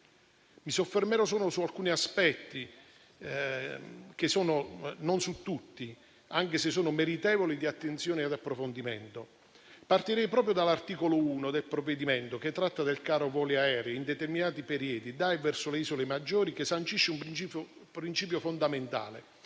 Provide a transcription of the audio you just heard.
Mi soffermerò solo su alcuni aspetti, non su tutti, anche se sono meritevoli di attenzione ed approfondimento. Partirei proprio dall'articolo 1 del provvedimento, che tratta del caro voli aerei in determinati periodi da e verso le isole maggiori, che sancisce un principio fondamentale: